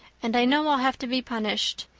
and i know i'll have to be punished.